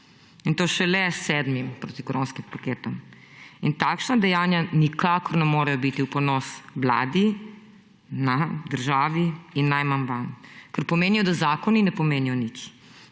In to šele s sedmim protikoronskim paketom! Takšna dejanja nikakor ne morejo biti v ponos Vladi, nam, državi in najmanj vam, ker pomenijo, da zakoni ne pomenijo nič,